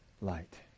light